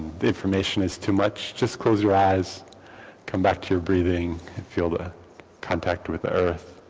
the information is too much, just close your eyes come back to your breathing feel the contact with earth